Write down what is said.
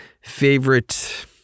favorite